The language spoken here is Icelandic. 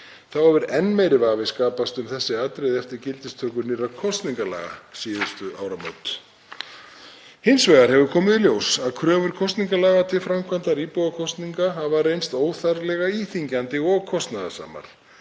Þá hefur enn meiri vafi skapast um þessi atriði eftir gildistöku nýrra kosningalaga um síðustu áramót. Hins vegar hefur komið í ljós að kröfur kosningalaga til framkvæmdar íbúakosninga hafa reynst óþarflega íþyngjandi og kostnaðarsamar,